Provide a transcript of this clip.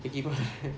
the keyboard